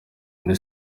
muri